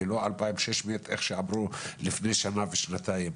ולא אלפיים ושש מאות איך שעבדו לפני שנה ושנתיים.